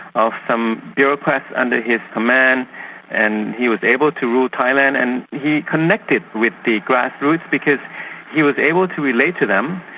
of some bureaucrats under his ah command, and he was able to rule thailand. and he connected with the grassroots because he was able to relate to them,